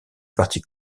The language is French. parti